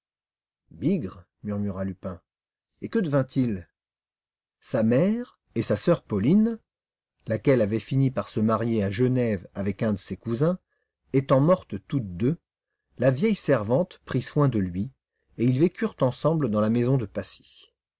bigre murmura lupin et que devint-il sa mère et sa sœur pauline laquelle avait fini par se marier à genève avec un de ses cousins étant mortes toutes deux la vieille servante prit soin de lui et ils vécurent ensemble dans la maison de passy